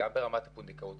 גם ברמת הפונדקאות,